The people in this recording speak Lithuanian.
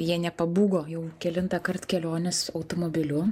jie nepabūgo jau kelintąkart kelionės automobiliu